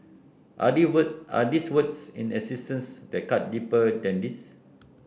are there words are these words in existence that cut deeper than these